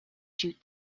jute